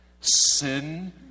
Sin